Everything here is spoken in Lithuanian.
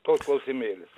toks klausimėlis